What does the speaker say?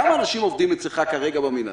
כמה אנשים עובדים אצלך כרגע במינהל?